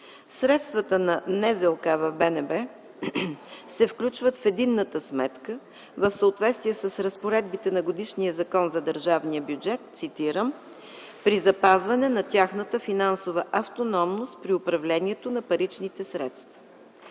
Българската народна банка се включват в единната сметка, в съответствие с разпоредбите на годишния Закон за държавния бюджет, цитирам: „при запазване на тяхната финансова автономност при управлението на паричните средства”.